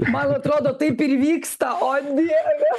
man atrodo taip ir vyksta o dieve